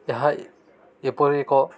ଏହା ଏପରି ଏକ